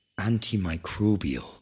antimicrobial